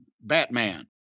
Batman